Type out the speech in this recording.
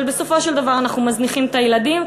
אבל בסופו של דבר אנחנו מזניחים את הילדים.